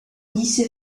lycée